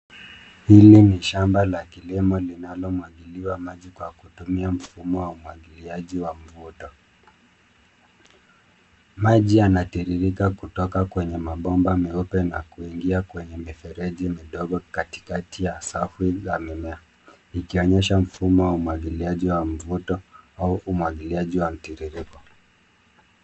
Hili ni shamba la kilimo linalo mwagiliwa maji kwa kupitia mfumo wa umwagiliaji wa mvuto. Maji yanatiririka kutoka kwenye mabomba meupe na kuingia kwenye mifereji midogo katikati ya safu za mimea, ikionyesha mfumo wa umwagiliaji wa mvuto au umwagiliaji wa mtiririko.